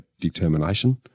determination